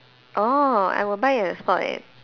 orh I will buy at the spot leh